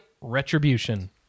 Retribution